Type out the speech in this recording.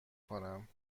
کنم